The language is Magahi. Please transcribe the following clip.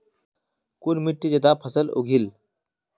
कुन मिट्टी ज्यादा फसल उगहिल?